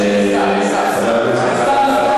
יש שר.